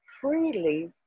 freely